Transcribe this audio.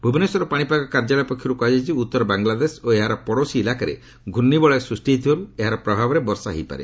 ଭୁବନେଶ୍ୱର ପାଣିପାଗ କାର୍ଯ୍ୟାଳୟ ପକ୍ଷରୁ କୁହାଯାଇଛି ଉତ୍ତର ବାଂଲାଦେଶ ଓ ଏହାର ପଡ଼ୋଶୀ ଇଲାକାରେ ଘୁର୍ଷ୍ଣିବଳୟ ସ୍ନୁଷ୍ଟି ହୋଇଥିବାରୁ ଏହାର ପ୍ରଭାବରେ ବର୍ଷା ହୋଇପାରେ